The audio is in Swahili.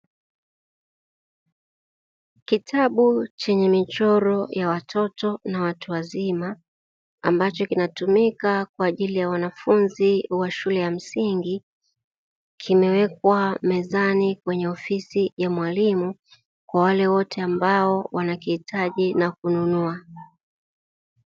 Kitabu chenye michoro ya watoto na watu wazima, ambacho kinatumika kwa ajili ya wanafunzi wa shule ya msingi, kimewekwa mezani kwenye ofisi ya mwalimu, kwa wale wote ambao wanakihitaji na kununua.